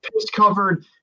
piss-covered